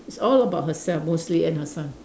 it's all about herself mostly and her son